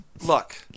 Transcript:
Look